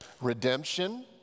redemption